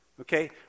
okay